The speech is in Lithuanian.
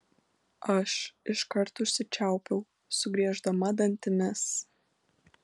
aš iškart užsičiaupiau sugrieždama dantimis